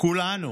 כולנו,